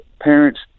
parents